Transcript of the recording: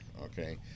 Okay